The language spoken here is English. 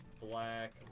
Black